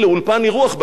מה, לי אין מה לומר?